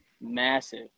massive